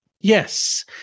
Yes